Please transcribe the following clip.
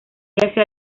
hacia